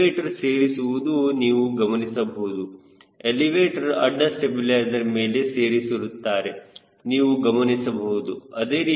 elevator ಸೇರಿಸಿರುವುದು ನೀವು ಗಮನಿಸಬಹುದು ಎಲಿವೇಟರ್ ಅಡ್ಡ ಸ್ಟಬಿಲೈಜರ್ ಮೇಲೆ ಸೇರಿಸಿರುತ್ತಾರೆ ನೀವು ಗಮನಿಸಬಹುದು